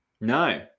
No